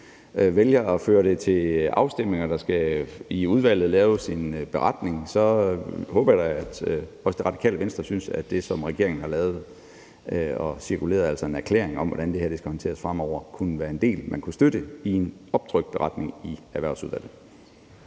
vælger at føre det til afstemning og der i udvalget skal laves en beretning, så håber jeg da, at også Radikale Venstre synes, at det, som regeringen har lavet og cirkuleret, altså en erklæring om, hvordan det her skal håndteres fremover, kunne være en del, man kunne støtte i en optrykt beretning i Erhvervsudvalget.